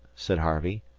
said harvey.